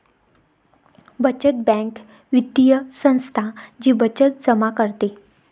बचत बँक वित्तीय संस्था जी बचत जमा करते